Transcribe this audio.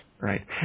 right